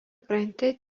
krante